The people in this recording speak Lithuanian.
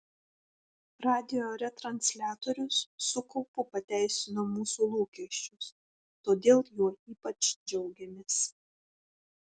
radijo retransliatorius su kaupu pateisino mūsų lūkesčius todėl juo ypač džiaugiamės